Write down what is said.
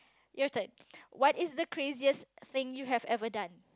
your turn what is the craziest thing you have ever done